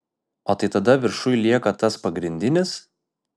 o tai tada viršuj lieka tas pagrindinis